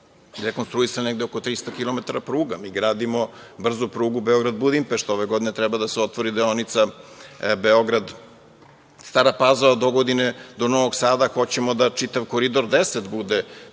rekonstruisali negde oko 300 kilometara pruga. Mi gradimo brzu prugu Beograd-Budimpešta. Ove godine treba da se otvori deonica Beograd-Stara Pazova, dogodine do Novog Sada. Hoćemo da čitav Koridor 10 bude brza